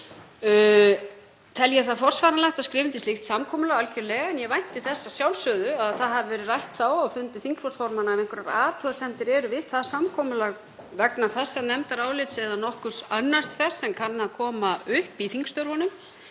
Tel ég forsvaranlegt að skrifa undir slíkt samkomulag? Algerlega. En ég vænti þess að sjálfsögðu að það hafi verið rætt á fundi þingflokksformanna ef einhverjar athugasemdir eru við það samkomulag vegna þessa nefndarálits eða nokkurs annars þess sem kann að koma upp í þingstörfunum.